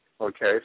Okay